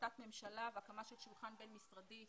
החלטת ממשלה והקמה של שולחן בין-משרדי.